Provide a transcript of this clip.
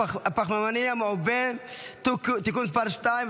הפחמימני המעובה (תיקון מס' 2),